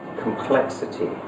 complexity